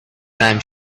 time